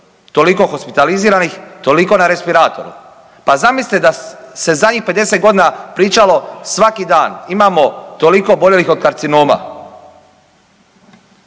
toliko hospitaliziranih, toliko na respiratoru. Pa zamislite da se zadnjih 50 godina pričalo svaki dan, imamo toliko oboljelih od karcinoma,